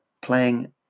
playing